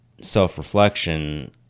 self-reflection